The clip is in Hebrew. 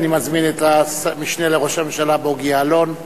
אני מזמין את המשנה לראש הממשלה בוגי יעלון,